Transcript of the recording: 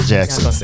Jackson